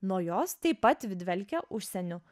nuo jos taip pat dvelkia užsieniu